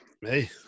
Hey